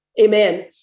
amen